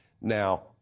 now